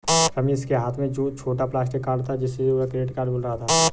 रमेश के हाथ में छोटा प्लास्टिक कार्ड था जिसे वह क्रेडिट कार्ड बोल रहा था